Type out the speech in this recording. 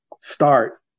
start